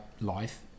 life